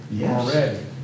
already